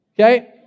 Okay